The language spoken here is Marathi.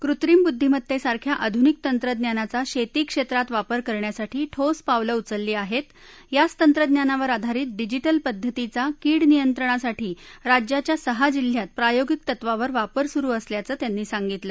कृत्रीम बुद्धीमत्तेसारख्या आधुनिक तंत्रज्ञानाचा शेती क्षेत्रात वापर करण्यासाठी ठोस पावलं उचलली आहेत याच तंत्रज्ञानावर आधारित डिजीटल पध्दतीचा कीड नियंत्रणासाठी राज्याच्या सहा जिल्ह्यात प्रायोगिक तत्वावर वापर सुरु असल्याचं त्यांनी सांगितलं